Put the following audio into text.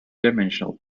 dimensional